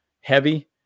heavy